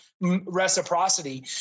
reciprocity